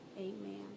Amen